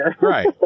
Right